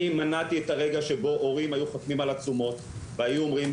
אני מנעתי את הרגע שבו הורים היו חותמים על עצומות והיו אומרים,